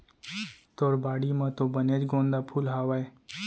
तोर बाड़ी म तो बनेच गोंदा फूल हावय